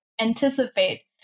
anticipate